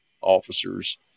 officers